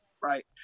right